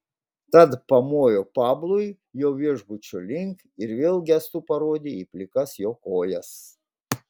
tad pamojo pablui jo viešbučio link ir vėl gestu parodė į plikas jo kojas